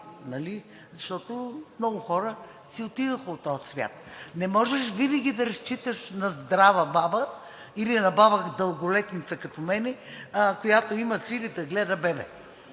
защото много хора си отидоха от този свят. Не можеш винаги да разчиташ на здрава баба или на баба – дълголетница като мен, която има силите да гледа бебе.